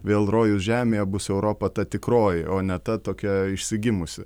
vėl rojus žemėje bus europa ta tikroji o ne ta tokia išsigimusi